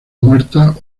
muerta